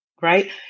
right